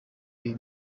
ibi